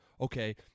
Okay